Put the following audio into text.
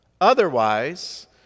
Otherwise